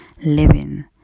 living